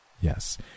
Yes